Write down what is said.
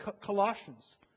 Colossians